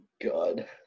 God